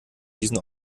diesen